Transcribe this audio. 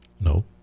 no